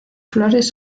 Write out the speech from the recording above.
flores